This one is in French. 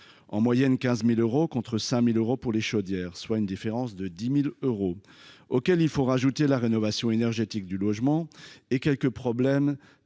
autour de 15 000 euros, contre 5 000 euros pour les chaudières, soit une différence de 10 000 euros, auxquels il faut ajouter la rénovation énergétique du logement et les